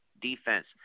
defense